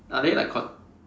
are there like con~